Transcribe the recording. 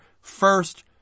first